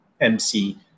MC